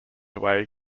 away